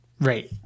Right